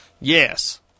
Yes